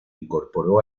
incorporó